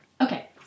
Okay